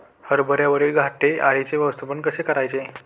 हरभऱ्यावरील घाटे अळीचे व्यवस्थापन कसे करायचे?